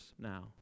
now